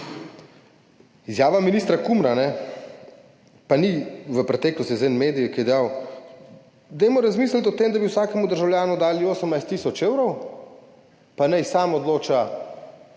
Izjava ministra Kumra, pa ni v preteklosti, ki jo je dal za en medij, dajmo razmisliti o tem, da bi vsakemu državljanu dali 18 tisoč evrov, pa naj sam odloča